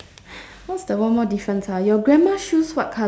what's the one more different ah your grandma shoes what colour